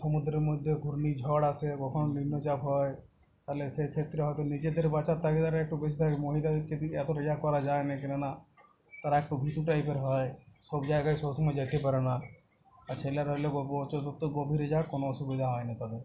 সমুদ্রের মধ্যে ঘূর্ণিঝড় আসে কখন নিম্নচাপ হয় তাহলে সে ক্ষেত্রে হয়তো নিজেদের বাঁচার তাগিদটা একটু বেশি থাকে মহিলাদের ক্ষেত্রে কি এতটা ইয়া করা যায় নে কেননা তারা একটু ভীতু টাইপের হয় সব জায়গায় সব সময় যেতে পারে না আর ছেলেরা হলে যত গভীরে যাক কোনো অসুবিধা হয় না তাদের